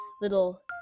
little